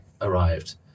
arrived